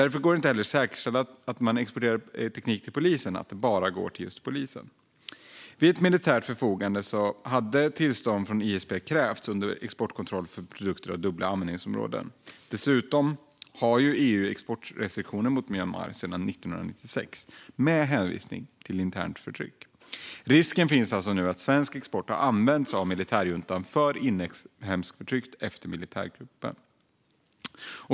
Därför går det inte heller att säkerställa att den teknik man exporterar bara går till just polisen. Vid militärt förfogande hade tillstånd från ISP krävts under exportkontroll för produkter med dubbla användningsområden. Dessutom har EU exportrestriktioner mot Myanmar sedan 1996 med hänvisning till internt förtryck. Risken finns nu alltså att svensk export har använts av militärjuntan för inhemskt förtryck efter militärkuppen.